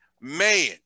man